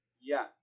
Yes